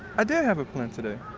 i did have a plan today.